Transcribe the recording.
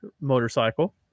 motorcycle